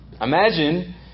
Imagine